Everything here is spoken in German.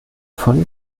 von